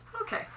Okay